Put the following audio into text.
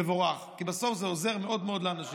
תבורך, כי בסוף זה עוזר מאוד מאוד לאנשים.